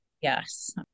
Yes